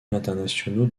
internationaux